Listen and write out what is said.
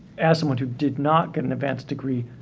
as someone who did not get an advanced degree,